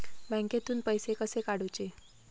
बँकेतून पैसे कसे काढूचे?